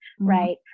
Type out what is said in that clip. right